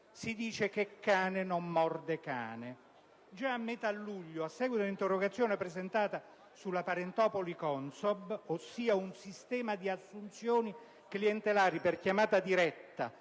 Si dice: "cane non morde cane". Già a metà luglio, a seguito di un'interrogazione presentata sulla «parentopoli» CONSOB, ossia un sistema di assunzioni clientelari per chiamata diretta